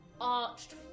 arched